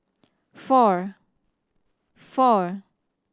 four four